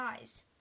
eyes